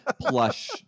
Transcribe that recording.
plush